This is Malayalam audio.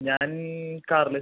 ഞാൻ കാറില്